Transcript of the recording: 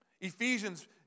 Ephesians